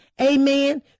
Amen